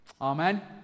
Amen